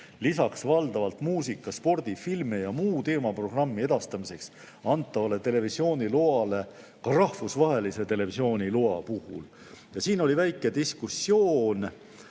lisaks valdavalt muusika-, spordi-, filmi- ja muu teemaprogrammi edastamiseks antavale televisiooniloale ka rahvusvahelise televisiooniloa puhul. Ja selle üle oli väike diskussioon.